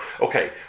okay